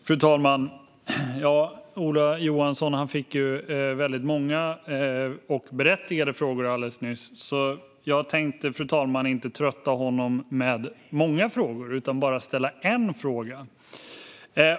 Fru talman! Ola Johansson fick många och berättigade frågor alldeles nyss, så jag tänkte inte trötta honom med många frågor utan bara ställa en fråga.